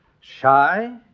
Shy